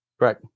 Right